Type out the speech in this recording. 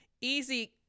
easy